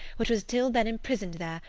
which was till then imprisoned there,